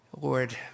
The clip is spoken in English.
Lord